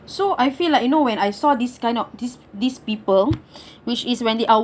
so I feel like you know when I saw this kind of these these people which is when they are